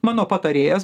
mano patarėjas